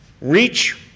Reach